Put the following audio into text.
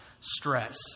stress